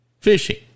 fishing